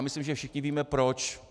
Myslím, že všichni víme proč.